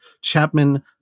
Chapman